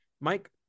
Mike